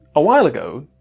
a while ago,